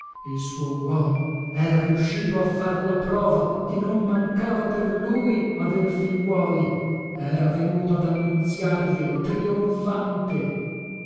distrutta il suo uomo era riuscito a far la prova che non mancava per lui aver figliuoli era venuto ad annunziarglielo trionfante